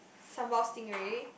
sambal stingray